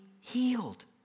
healed